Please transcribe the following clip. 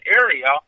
area